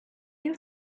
you